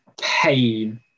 pain